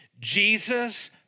Jesus